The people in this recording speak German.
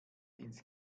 ins